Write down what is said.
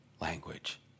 language